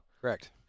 Correct